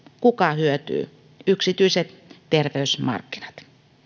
kuka hyötyy yksityiset terveysmarkkinat